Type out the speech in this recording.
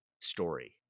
story